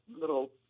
little